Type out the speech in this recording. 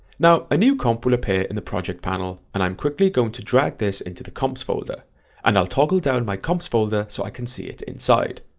now a new comp will appear in the project panel and i'm quickly going to drag this into the comps folder and i'll toggle down my comps folder so i can see it inside.